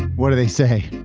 what did they say?